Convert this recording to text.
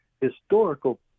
historical